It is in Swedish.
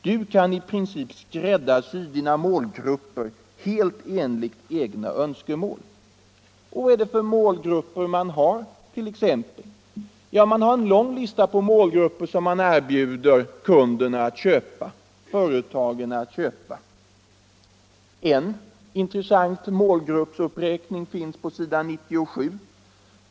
—-—-—- Du kan i princip skräddarsy dina målgrupper helt enligt egna önskemål.” Och vad är det för målgrupper? Ja, det är en lång rad målgrupper som man erbjuder företagen att köpa. En intressant målgruppsuppräkning finns på s. 97.